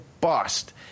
bust